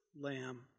lamb